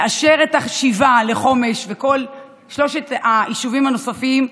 לאשר את השיבה לחומש וכל שלושת היישובים הנוספים,